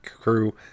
crew